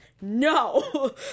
no